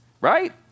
right